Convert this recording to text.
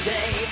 Day